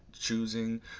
choosing